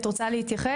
את רוצה להתייחס?